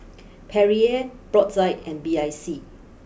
Perrier Brotzeit and B I C